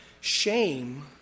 shame